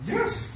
Yes